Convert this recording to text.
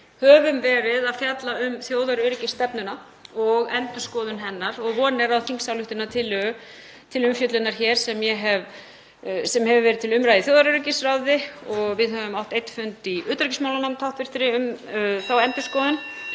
höfum verið að fjalla um þjóðaröryggisstefnuna og endurskoðun hennar og von er á þingsályktunartillögu til umfjöllunar hér sem hefur verið til umræðu í þjóðaröryggisráði og við höfum átt einn fund í hv. utanríkismálanefnd um þá endurskoðun.